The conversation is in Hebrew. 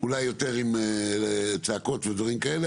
כולל גם דברים שקשורים למשאבים,